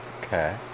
okay